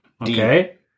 Okay